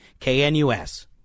KNUS